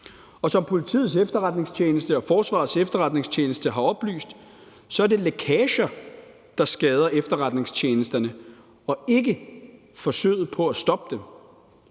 Og som Politiets Efterretningstjeneste og Forsvarets Efterretningstjeneste har oplyst, er det lækager, der skader efterretningstjenesterne, og ikke forsøget på at stoppe dem.